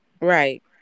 Right